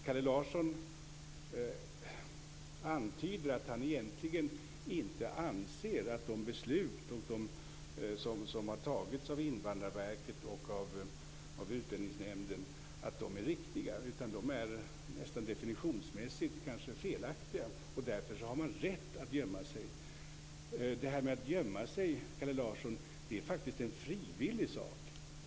Kalle Larsson antyder att han egentligen inte anser att de beslut som har fattats av Invandrarverket och Utlänningsnämnden är riktiga. De är snarare nästan definitionsmässigt felaktiga, och därför har man rätt att gömma sig. Det här med att gömma sig, Kalle Larsson, är faktiskt en frivillig sak.